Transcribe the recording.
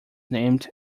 named